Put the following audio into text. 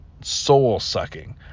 soul-sucking